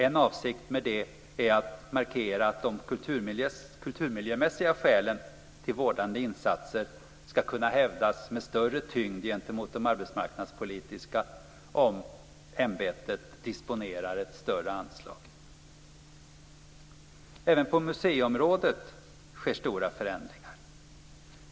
En avsikt med detta är att markera att de kulturmiljömässiga skälen till vårdande insatser skall kunna hävdas med större tyngd gentemot de arbetsmarknadspolitiska om ämbetet disponerar ett större anslag. Även på museiområdet sker stora förändringar.